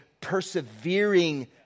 persevering